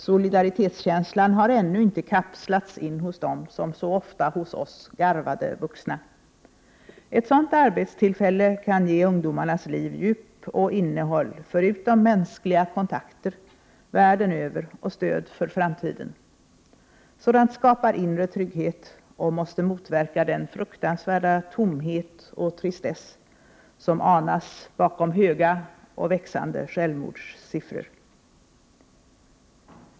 Solidaritetskänslan har ännu inte kapslats in hos dem som så ofta hos oss garvade vuxna. Ett sådant arbetstillfälle kan ge ungdomarnas liv djup och innehåll förutom mänskliga kontakter över hela världen och stöd för framtiden. Sådant skapar inre trygghet och måste motverka den fruktansvärda tomhet och tristess som anas bakom höga och växande självmordssiffror.